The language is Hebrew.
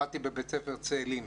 למדתי בבית ספר צאלים.